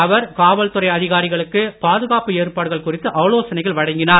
அவர் காவல்துறை அதிகாரிகளுக்கு பாதுகாப்பு ஏற்பாடுகள் குறித்து ஆலோசனைகள் வழங்கினார்